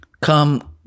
come